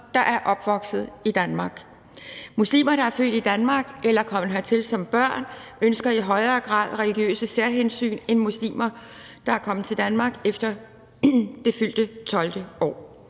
der er opvokset i Danmark. Muslimer, der er født i Danmark eller er kommet hertil som børn, ønsker i højere grad religiøse særhensyn end muslimer, der er kommet til Danmark efter det fyldte 12. år.